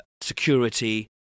security